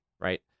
right